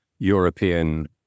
European